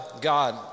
God